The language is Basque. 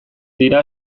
dira